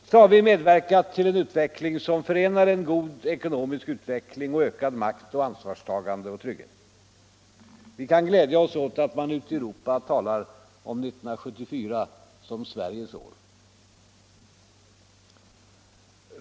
Så har vi också medverkat till en utveckling som förenar en god ekonomisk utveckling och ökad makt och ansvarstagande och trygghet. Vi kan glädja oss åt att man ute i Europa talar om 1974 som Sveriges år.